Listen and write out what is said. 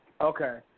Okay